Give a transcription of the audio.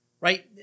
right